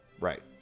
Right